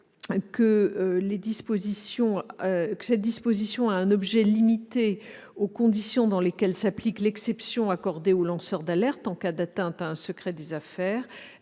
cette disposition ayant un objet limité aux conditions dans lesquelles s'applique l'exception prévue au bénéfice des lanceurs d'alerte en cas d'atteinte à un secret des affaires,